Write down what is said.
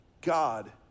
God